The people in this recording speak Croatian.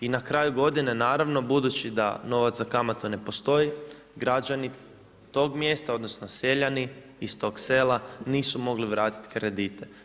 I na kraju godine, naravno budući da novac za kamatu ne postoji, građani tog mjesta, odnosno seljani, iz tog sela, nisu mogli vratiti kredite.